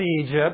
Egypt